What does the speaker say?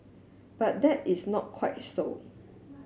but that is not quite so